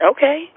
Okay